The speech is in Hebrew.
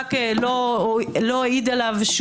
שהשב"כ לא העיד עליו,